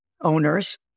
owners